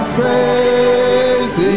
faith